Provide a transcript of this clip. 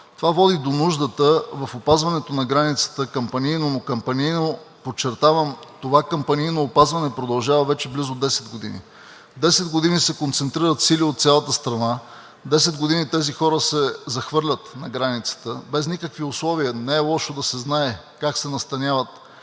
Това води до нуждата в опазването на границата кампанийному. Кампанийному! Подчертавам, това кампанийно опазване продължава вече близо 10 години. Десет години се концентрират сили от цялата страна, 10 години тези хора се захвърлят на границата без никакви условия. Не е лошо да се знае как се настаняват,